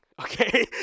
Okay